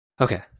Okay